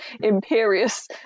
Imperious